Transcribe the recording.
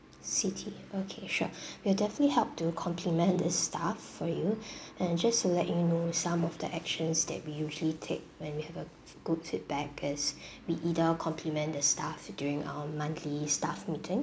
siti okay sure we'll definitely help to compliment the staff for you and just to let you know some of the actions that we usually take when we have a f~ good feedback is we either compliment the staff during our monthly staff meeting